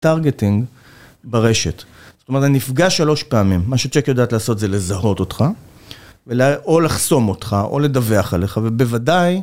טרגטינג ברשת, זאת אומרת, אני נפגש שלוש פעמים, מה שצ'ק יודעת לעשות זה לזהות אותך או לחסום אותך או לדווח עליך, ובוודאי